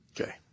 Okay